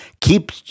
Keep